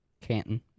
Canton